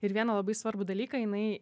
ir vieną labai svarbų dalyką jinai